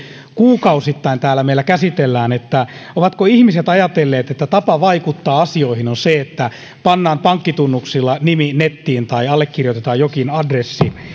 kuukausittain täällä meillä käsitellään että ovatko ihmiset ajatelleet että tapa vaikuttaa asioihin on se että pannaan pankkitunnuksilla nimi nettiin tai allekirjoitetaan jokin adressi